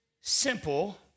simple